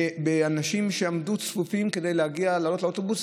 בין אנשים שעמדו צפופים כדי לעלות לאוטובוס,